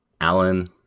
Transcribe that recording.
Alan